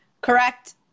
Correct